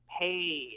paid